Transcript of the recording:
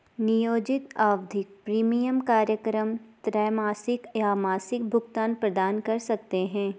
नियोजित आवधिक प्रीमियम कार्यक्रम त्रैमासिक या मासिक भुगतान प्रदान कर सकते हैं